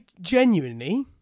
genuinely